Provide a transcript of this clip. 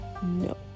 no